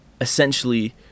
essentially